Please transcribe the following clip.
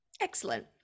Excellent